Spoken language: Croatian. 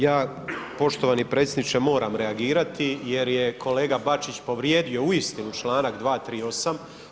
Ja, poštovani predsjedniče moram reagirati jer je kolega Bačić povrijedio uistinu čl. 238.